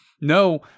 no